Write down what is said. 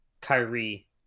Kyrie